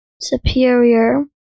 superior